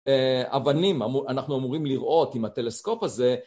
אבנים, אנחנו אמורים לראות עם הטלסקופ הזה